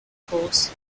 force